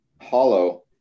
hollow